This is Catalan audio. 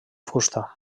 fusta